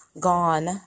gone